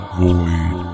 void